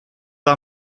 are